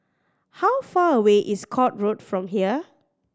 how far away is Court Road from here